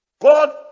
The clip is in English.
God